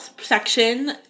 section